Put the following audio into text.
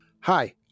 Hi